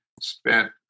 spent